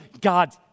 God